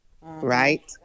right